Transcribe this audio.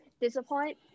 Disappoint